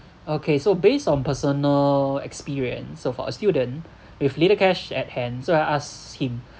okay so based on personal experience so for a student with little cash at hand so I ask him